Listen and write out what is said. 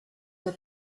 der